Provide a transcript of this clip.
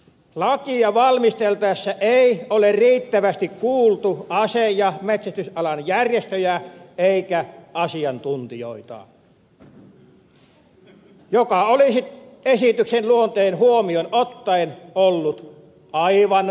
lakia valmisteltaessa ei ole riittävästi kuultu ase ja metsästysalan järjestöjä eikä asiantuntijoita mikä olisi esityksen luonteen huomioon ottaen ollut aivan välttämätöntä